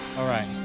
all right.